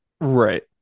Right